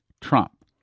trump